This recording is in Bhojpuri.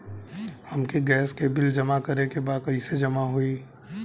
हमके गैस के बिल जमा करे के बा कैसे जमा होई?